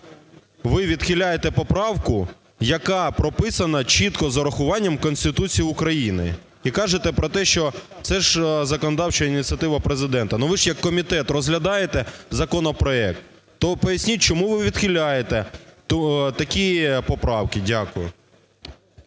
Ви відхиляєте поправку, яка прописана чітко з урахуванням Конституції України. І кажете про те, що це ж законодавча ініціатива Президента. Ну, ви ж як комітет розглядаєте законопроект, то поясніть, чому ви відхиляєте такі поправки. Дякую.